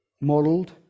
modelled